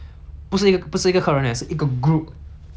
他们来那边很像做 worship lah and whatnot 的